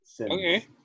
okay